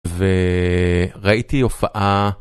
וראיתי הופעה.